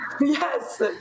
Yes